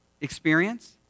experience